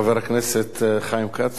חבר הכנסת חיים כץ,